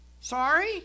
sorry